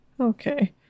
Okay